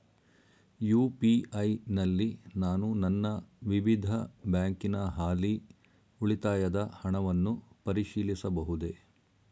UPI ನಲ್ಲಿ ನಾನು ನನ್ನ ವಿವಿಧ ಬ್ಯಾಂಕಿನ ಹಾಲಿ ಉಳಿತಾಯದ ಹಣವನ್ನು ಪರಿಶೀಲಿಸಬಹುದೇ?